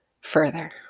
further